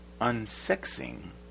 unsexing